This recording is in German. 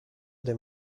dem